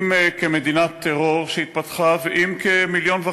אם כמדינת טרור שהתפתחה ואם כ-1.5 מיליון,